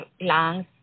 lungs